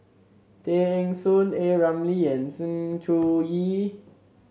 Tay Eng Soon A Ramli and Sng Choon Yee